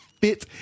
fit